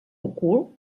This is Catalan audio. ocult